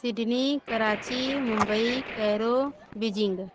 Sydney Karachi Mumbai Cairo Beijing